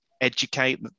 educate